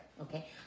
okay